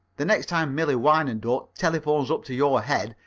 the next time millie wyandotte telephones up to your head,